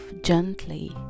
gently